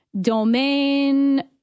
Domain